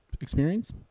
Experience